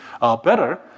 better